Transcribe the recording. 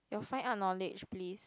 your fine art knowledge please